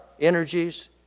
energies